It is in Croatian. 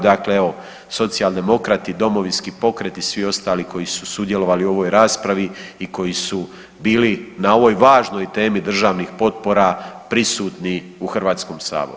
Dakle, evo Socijaldemokrati, Domovinski pokret i svi ostali koji su sudjelovali u ovoj raspravi i koji su bili na ovoj važnoj temi državnih potpora prisutni u Hrvatskom saboru.